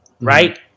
right